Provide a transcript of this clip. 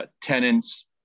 tenants